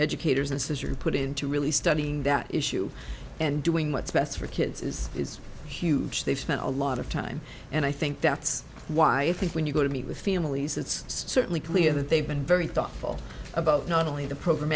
educators and sister put in to really studying that issue and doing what's best for kids is huge they've spent a lot of time and i think that's why i think when you go to meet with families it's certainly clear that they've been very thoughtful about not only the program